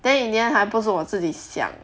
then in the end 还不是我自己想